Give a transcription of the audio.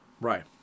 Right